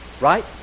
Right